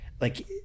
like-